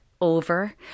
over